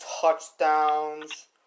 touchdowns